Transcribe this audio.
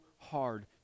hard